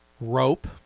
rope